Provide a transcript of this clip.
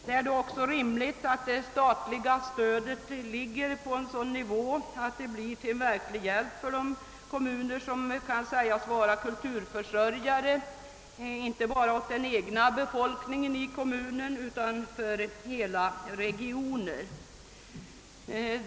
Det är också rimligt att det statliga stödet ligger på en sådan nivå att det blir till verklig hjälp för de kommuner som kan sägas vara kulturförsörjare, inte bara åt den egna befolkningen i kommunen utan åt hela regioner.